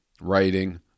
Writing